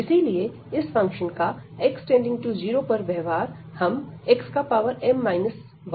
इसीलिए इस फंक्शन का x→0 पर व्यवहार हम xm 1 से समझेंगे